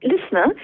listener